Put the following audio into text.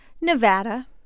Nevada